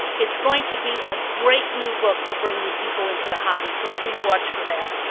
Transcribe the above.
it's going to be a great new book to bring new people into the hobby. so please watch for that.